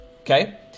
okay